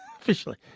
officially